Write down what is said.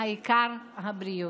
העיקר הבריאות.